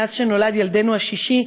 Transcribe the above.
מאז נולד ילדנו השישי,